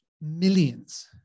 millions